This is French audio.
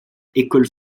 écoles